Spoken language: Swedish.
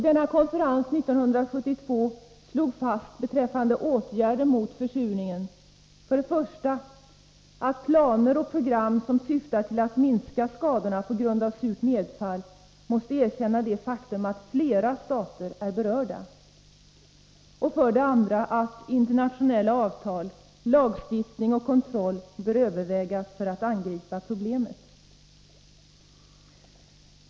Denna konferens 1972 slog fast beträffande åtgärder mot försurning för det första att det i planer och program, som syftar till att minska skadorna på grund av surt nedfall, måste erkännas det faktum att flera stater är berörda, för det andra att internationella avtal, lagstiftning och kontroll bör övervägas för att man skall kunna angripa problemet.